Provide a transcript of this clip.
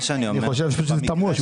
אני חושב שזה תמוה.